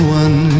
one